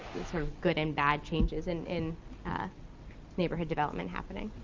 sort of good and bad changes and in ah neighborhood development happening.